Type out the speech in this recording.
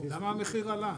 למה המחיר עלה?